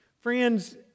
Friends